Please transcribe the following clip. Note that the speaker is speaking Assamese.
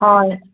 হয়